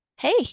Hey